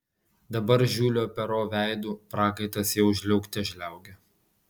dabar žiulio pero veidu prakaitas jau žliaugte žliaugė